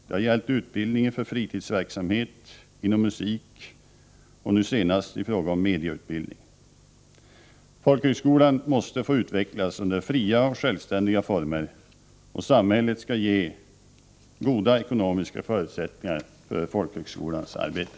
Det har gällt utbildningen för fritidsverksamhet, inom musiken och nu senast i fråga om medieutbildning. Folkhögskolan måste få utvecklas under fria och självständiga former. Samhället skall ge goda ekonomiska förutsättningar för folkhögskolans arbete.